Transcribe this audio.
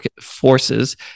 forces